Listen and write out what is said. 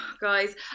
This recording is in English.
Guys